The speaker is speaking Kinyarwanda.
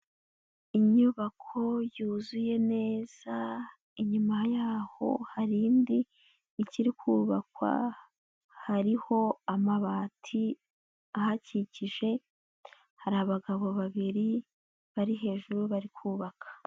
Inyubako yuzuye neza, inyuma yaho hari indi ikiri kubakwa, hariho amabati ahakikije, hari abagabo babiri bari hejuru, bari kubaka.